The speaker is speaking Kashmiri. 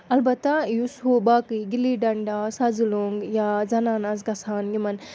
البتہ یُس ہُہ باقٕے گِلی ڈَنٛڈا سَزٕ لوٚنٛگ یا زَنان آسہٕ گژھان یِمَن